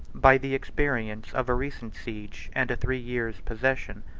by the experience of a recent siege, and a three years' possession,